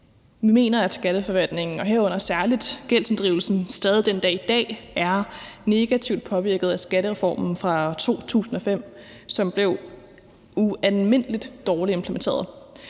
Vi mener, at skatteforvaltningen, herunder særlig gældsinddrivelsen, stadig den dag i dag er negativt påvirket af skattereformen fra 2005, som blev ualmindelig dårligt implementeret.